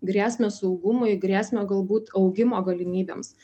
grėsmę saugumui grėsmę galbūt augimo galimybėms